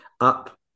up